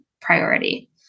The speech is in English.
priority